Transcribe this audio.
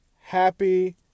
happy